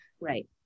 Right